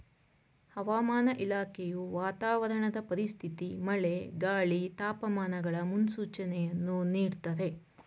ಹವಾಮಾನ ಇಲಾಖೆಯು ವಾತಾವರಣದ ಪರಿಸ್ಥಿತಿ ಮಳೆ, ಗಾಳಿ, ತಾಪಮಾನಗಳ ಮುನ್ಸೂಚನೆಯನ್ನು ನೀಡ್ದತರೆ